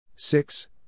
Six